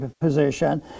position